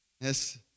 Yes